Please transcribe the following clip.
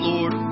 Lord